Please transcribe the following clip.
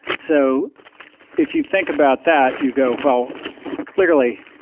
so if you think about that you go, well clearly,